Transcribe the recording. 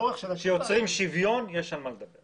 כשיוצרים שוויון יש על מה לדבר.